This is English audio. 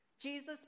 Jesus